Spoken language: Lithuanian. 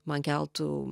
man keltų